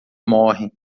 morrem